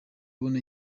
abona